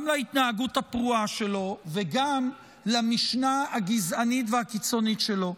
להתנהגות הפרועה שלו וגם למשנה הגזענית והקיצונית שלו.